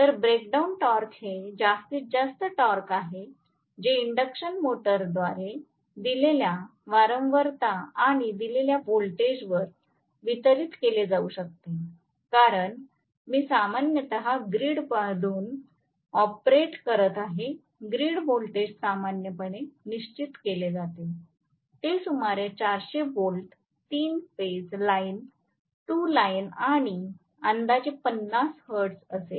तर breakdown torque हे जास्तीत जास्त टॉर्क आहे जे इंडक्शन मोटरद्वारे दिलेल्या वारंवारता आणि दिलेल्या व्होल्टेजवर वितरित केले जाऊ शकते कारण मी सामान्यत ग्रीडमधून ऑपरेट करीत आहे ग्रीड व्होल्टेज सामान्यपणे निश्चित केले जाते ते सुमारे 400 volt 3 phase line to line आणि अंदाजे 50 हर्ट्ज असेल